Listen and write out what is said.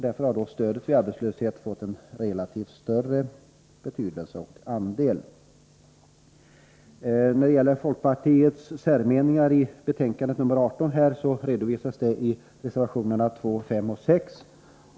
Därför har stödet vid arbetslöshet fått en relativt större betydelse och andel. Folkpartiets särmeningar i betänkande nr 18 redovisas i reservationerna 2, S och 6.